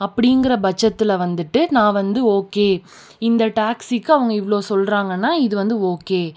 அப்படிங்கிற பட்சத்தில் வந்துட்டு நான் வந்து ஓகே இந்த டாக்சிக்கு அவங்க இவ்வளோ சொல்கிறாங்கன்னா இது வந்து ஓகே